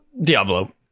Diablo